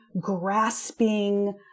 grasping